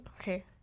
okay